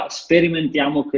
sperimentiamo